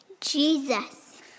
Jesus